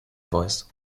voice